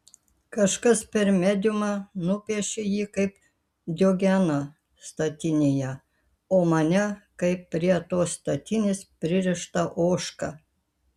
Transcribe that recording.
kažkas per mediumą nupiešė jį kaip diogeną statinėje o mane kaip prie tos statinės pririštą ožką